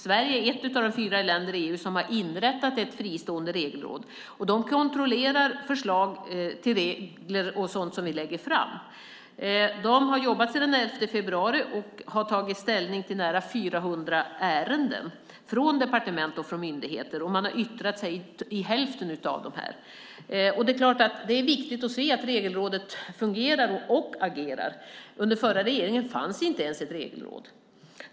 Sverige är ett av fyra länder i EU som har inrättat ett fristående regelråd. Man kontrollerar förslag till regler och sådant som vi lägger fram. Man har jobbat sedan den 11 februari och har tagit ställning till nära 400 ärenden från departement och myndigheter. Man har yttrat sig i hälften av dessa. Det är viktigt att se att Regelrådet fungerar och agerar. Under förra regeringen fanns inte ens ett regelråd.